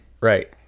Right